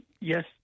yes